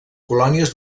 colònies